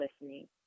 listening